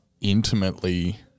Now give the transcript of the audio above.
intimately